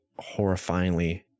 horrifyingly